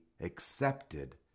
accepted